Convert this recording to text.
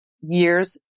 year's